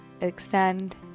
extend